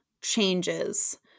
changes